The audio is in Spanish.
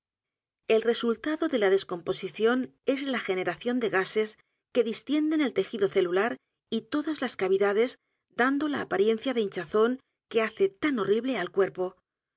el resultado de la descomposición es la generación de gases que distienden el tejido celular y todas las cavidades dando la a p a riencia de hinchazón que hace tan horrible al cuerpo